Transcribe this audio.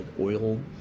oil